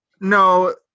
No